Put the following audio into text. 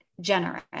generous